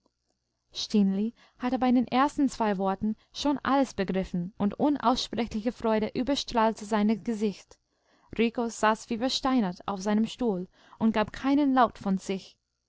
hatte bei den ersten zwei worten schon alles begriffen und unaussprechliche freude überstrahlte sein gesicht rico saß wie versteinert auf seinem stuhl und gab keinen laut von sich